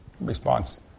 response